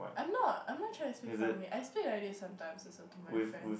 I'm not I'm not trying to speak formally I speak like this sometimes also to my friends